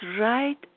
right